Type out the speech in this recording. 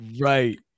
right